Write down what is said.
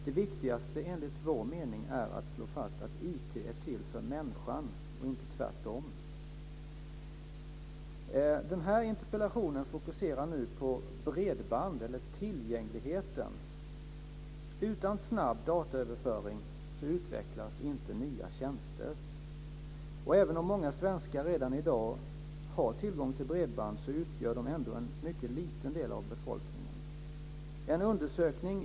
Det viktigaste är enligt vår mening att slå fast att IT är till för människan, inte tvärtom. Min interpellation fokuserar på bredbandstillgängligheten. Utan snabb dataöverföring utvecklas inte nya tjänster. Även om många svenskar redan i dag har tillgång till bredband utgör dessa personer ändå en liten del av befolkningen.